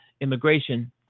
immigration